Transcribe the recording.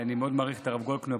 אני מאוד מעריך את הרב גולדקנופ,